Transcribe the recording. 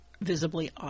visibly